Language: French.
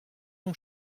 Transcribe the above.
ton